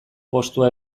postua